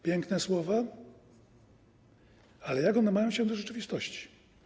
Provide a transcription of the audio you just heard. Piękne słowa, ale jak one mają się do rzeczywistości?